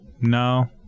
no